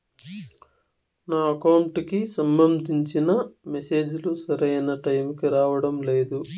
నా అకౌంట్ కి సంబంధించిన మెసేజ్ లు సరైన టైముకి రావడం లేదు